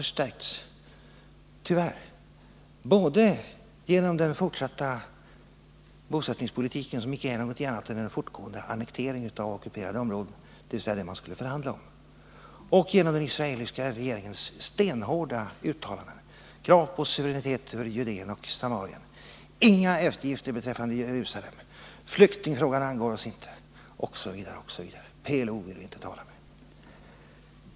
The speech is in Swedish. förstärkts— tyvärr — både genom den fortsatta bosättningspolitiken, som icke är någonting annat än en fortgående annektering av ockuperade områden, dvs. av annekteringen av det territorium som man skulle förhandla om, och genom den israeliska regeringens stenhårda uttalanden. Krav på suveränitet över Judéen och Samarien. Inga eftergifter beträffande Jerusalem. Flyktingfrågan angår oss inte osv., osv. PLO vill vi inte tala med.